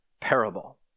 parable